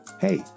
hey